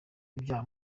ibyaha